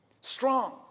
strong